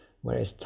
whereas